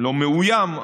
לא מאוים,